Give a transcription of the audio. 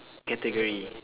category